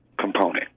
component